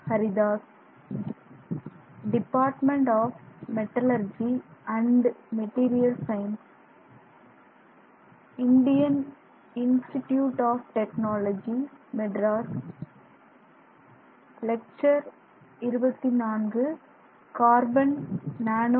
hello